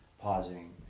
pausing